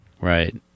Right